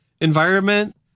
environment